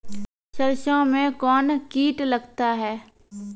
सरसों मे कौन कीट लगता हैं?